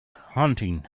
hunting